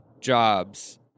jobs